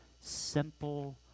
simple